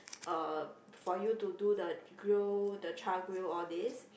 uh for you to do the grill the char grill all this